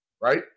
right